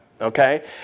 okay